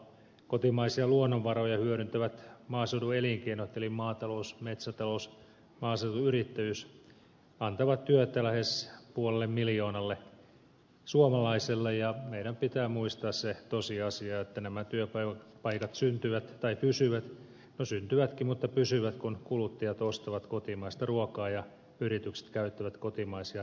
kotimaisia luonnonvaroja hyödyntävät maaseudun elinkeinot eli maatalous metsätalous maaseutuyrittäjyys antavat työtä lähes puolelle miljoonalle suomalaiselle ja meidän pitää muistaa se tosiasia että nämä työpaikat syntyvät tai pysyvät no syntyvätkin mutta pysyvät kun kuluttajat ostavat kotimaista ruokaa ja yritykset käyttävät kotimaisia raaka aineita